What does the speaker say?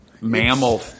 mammal